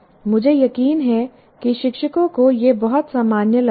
मुझे यकीन है कि शिक्षकों को यह बहुत सामान्य लगता है